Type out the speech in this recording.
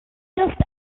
just